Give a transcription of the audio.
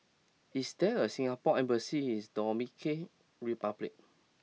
is there a Singapore embassy is Dominican Republic